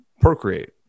procreate